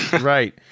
Right